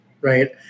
right